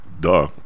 duh